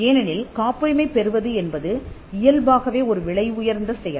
ஏனெனில் காப்புரிமை பெறுவது என்பது இயல்பாகவே ஒரு விலை உயர்ந்த செயல்